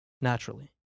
Naturally